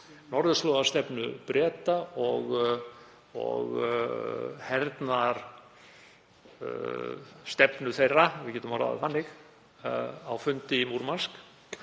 norðurslóðastefnu Breta og hernaðarstefnu þeirra, ef við getum orðað það þannig, á fundi í Múrmansk.